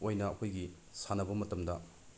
ꯑꯣꯏꯅ ꯑꯩꯈꯣꯏꯒꯤ ꯁꯥꯟꯅꯕ ꯃꯇꯝꯗ